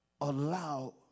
allow